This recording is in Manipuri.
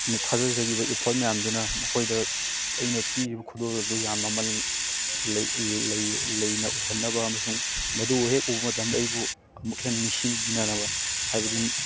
ꯊꯥꯗꯖꯈꯤꯕ ꯏꯐꯣꯔꯠ ꯃꯌꯥꯝꯗꯨꯅ ꯃꯈꯣꯏꯗ ꯑꯩꯅ ꯄꯤꯔꯤꯕ ꯈꯨꯗꯣꯜ ꯑꯗꯨ ꯌꯥꯝ ꯃꯃꯜ ꯂꯩꯅ ꯎꯍꯟꯅꯕ ꯑꯃꯁꯨꯡ ꯃꯗꯨ ꯍꯦꯛ ꯎꯕ ꯃꯇꯝꯗ ꯑꯩꯕꯨ ꯑꯃꯨꯛꯀ ꯍꯦꯟꯅ ꯅꯤꯡꯁꯤꯡꯕꯤꯅꯅꯕ ꯍꯥꯏꯕꯗꯤ